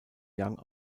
young